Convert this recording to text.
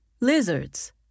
Lizards